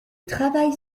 travail